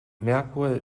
merkur